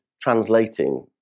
translating